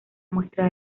muestra